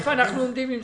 איפה אנחנו עומדים עם זה.